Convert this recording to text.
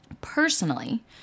Personally